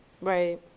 Right